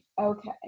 okay